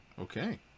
Okay